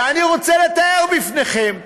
ואני רוצה לתאר בפניכם,